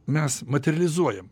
mes materializuojam